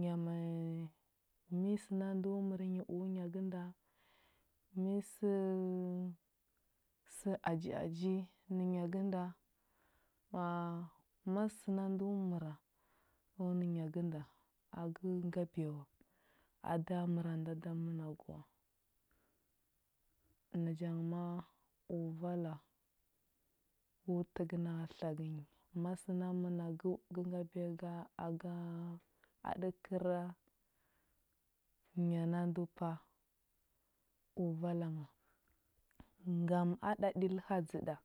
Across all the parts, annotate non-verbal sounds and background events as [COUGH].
Nya mə mi səna ndo mər nyi u nya gənda? Mi sə sə aji aji nə nya gənda? Ma ma səna ndo məra u nə nya gənda a gə ngabiya wa, a da məra nda da mənagə wa, naja ngə ma u vala gu təkə na tlagə nyi. Ma səna mənagəu gə ngabiya ga aga a dəkəra nya na ndu pa u vala ngha. Ngam a ɗaɗi ləha dzə ɗa,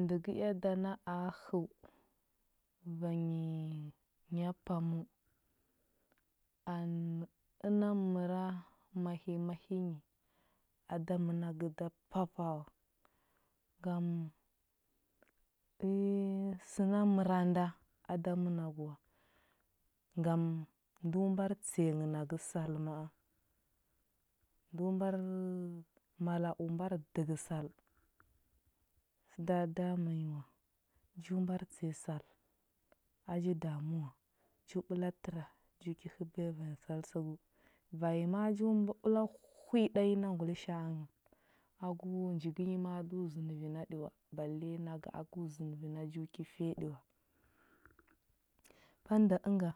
ndə gə da na a həu vanyi nya paməu and əna məra mahi i mahi i nyi a da mənagə da papa a wa, ngam ə [HESITATION] səna əra nda a da mənagə wa. Ngam ndu mbar tsəya nghə nagə sal ma a. Ndu mbar mala u mbar dəgə sal, səda dama nyi wa, nju mbar tsəya sal a ji damu wa. Ju ɓəla təra ju ki həbiya vanya sal səgəu, vanyi ma a ju ɓəla hwi ɗanyi a ngulisha a ngha, agu njigə nyi ma vi na ɗi wa, balle naga agu vi na ju ki fiya ɗi wa, banda ənga